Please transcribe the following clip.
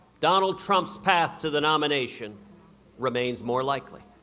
donald trump's path to the nomination remains more likely.